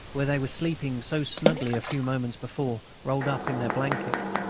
where they were sleeping so snugly a few moments before, rolled up in their blankets.